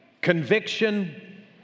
conviction